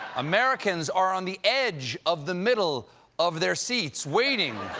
americans are on the edge of the middle of their seats, waiting